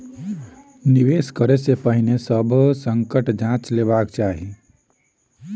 निवेश करै से पहिने सभ संकट जांइच लेबाक चाही